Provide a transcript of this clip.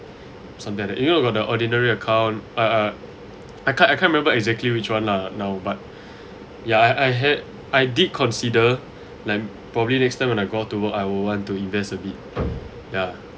something like that even got the ordinary account ah ah I can't I can't remember exactly which one lah now but ya I I had I did consider like probably next time when I go out to work I would want to invest a bit ya